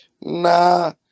Nah